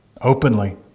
Openly